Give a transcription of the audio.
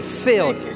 filled